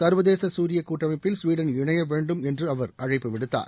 சர்வதேச சூரிய கூட்டமைப்பில் ஸ்வீடன் இணை வேண்டும் என்றும் அவர் அழைப்பு விடுத்தார்